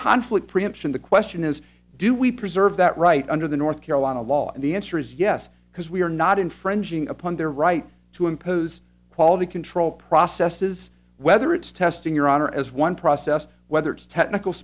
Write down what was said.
conflict preemption the question is do we preserve that right under the north carolina law and the answer is yes because we are not infringing upon their right to impose quality control processes whether it's testing your honor as one process whether it's technical